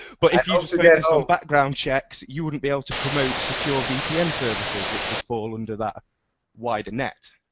but if you just get into so background checks, you wouldn't be able to promote secure vpn services which would fall under that wider net.